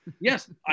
Yes